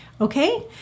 Okay